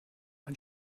ein